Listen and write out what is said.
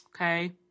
okay